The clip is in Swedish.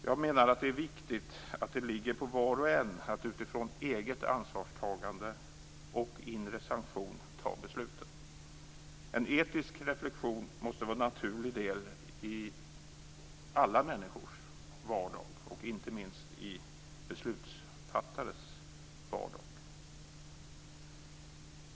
Jag menar att det är viktigt att det ligger på var och en att utifrån eget ansvarstagande och inre sanktion fatta besluten. En etisk reflexion måste vara en naturlig del i alla människors vardag, och inte minst i beslutsfattares vardag.